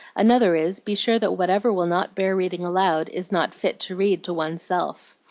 another is, be sure that whatever will not bear reading aloud is not fit to read to one's self.